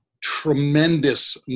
tremendous